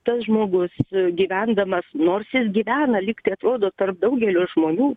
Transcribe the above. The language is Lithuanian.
tas žmogus gyvendamas nors ir gyvena lygtai atrodo tarp daugelio žmonių